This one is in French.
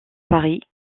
paris